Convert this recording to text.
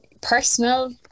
personal